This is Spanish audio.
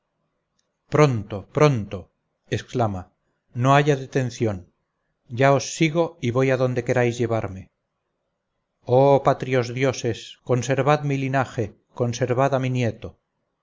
pronto pronto exclama no haya detención ya os sigo y voy adonde queráis llevarme oh patrios dioses conservad mi linaje conservad a mi nieto